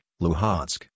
Luhansk